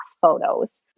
photos